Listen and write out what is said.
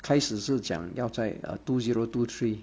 开始是讲要在 two zero two three